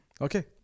Okay